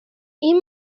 این